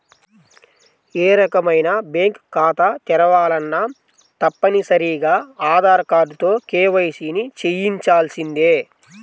ఏ రకమైన బ్యేంకు ఖాతా తెరవాలన్నా తప్పనిసరిగా ఆధార్ కార్డుతో కేవైసీని చెయ్యించాల్సిందే